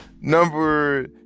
number